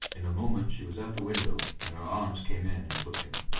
in a moment she was at the window, and her arms came in and took him.